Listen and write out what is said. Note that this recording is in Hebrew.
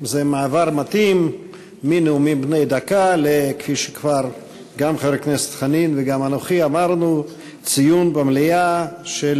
זה מעבר מתאים מנאומים בני דקה לציון במליאה של